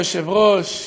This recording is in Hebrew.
אדוני היושב-ראש,